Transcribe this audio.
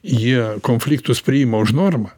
jie konfliktus priima už normą